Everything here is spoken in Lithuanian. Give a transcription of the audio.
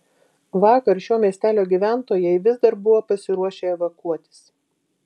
vakar šio miestelio gyventojai vis dar buvo pasiruošę evakuotis